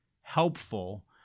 helpful –